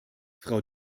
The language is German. frau